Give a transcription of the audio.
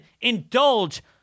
indulge